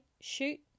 shoot